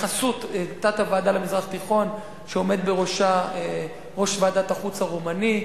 בחסות תת-הוועדה למזרח תיכון שעומד בראשה ראש ועדת החוץ הרומני,